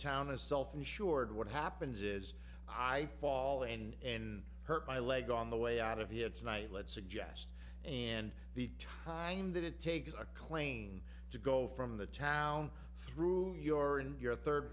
town is self insured what happens is i fall and in hurt my leg on the way out of here it's night led suggest and the time that it takes a clane to go from the town through your and your third